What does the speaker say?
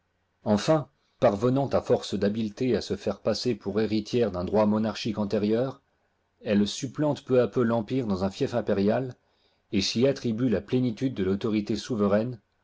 enfin parvenant à force d'habilité à se faire passer pour héritière d'un droit monarchique antérieur elb supplante peu a peu l'empire dans un fief impérial et s'y attribue la plénitude de l'autorité souveraine